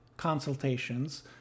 consultations